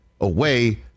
away